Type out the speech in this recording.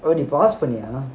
dey நீ:nee pause பண்ணுடா:pannudaa